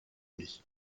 demi